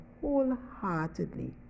wholeheartedly